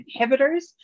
inhibitors